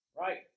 right